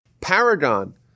paragon